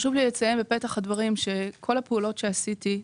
חשוב לי לציין בפתח הדברים שכל הפעולות שעשיתי,